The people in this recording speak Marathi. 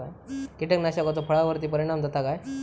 कीटकनाशकाचो फळावर्ती परिणाम जाता काय?